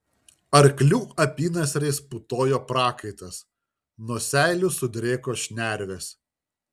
arklių apynasriais putojo prakaitas nuo seilių sudrėko šnervės